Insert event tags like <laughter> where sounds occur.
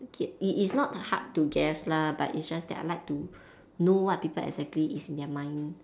okay it is not hard to guess lah but it's just that I like to <breath> know what people exactly is in their mind